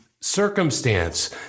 circumstance